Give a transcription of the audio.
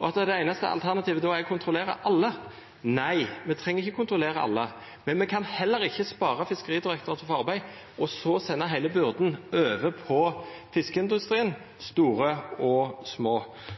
og at det einaste alternativet då er å kontrollera alle. Nei, me treng ikkje kontrollera alle. Men me kan heller ikkje spara Fiskeridirektoratet for arbeid og så senda heile byrda over til fiskeindustrien – store som små.